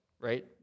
right